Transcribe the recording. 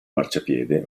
marciapiede